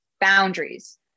Boundaries